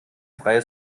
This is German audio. freie